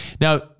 Now